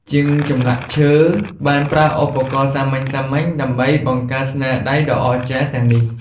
ជាងចម្លាក់ឈើបានប្រើឧបករណ៍សាមញ្ញៗដើម្បីបង្កើតស្នាដៃដ៏អស្ចារ្យទាំងនេះ។